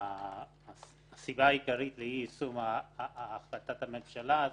הסיבה העיקרית לאי-יישום החלטת הממשלה הזאת,